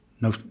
no